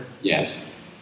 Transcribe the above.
Yes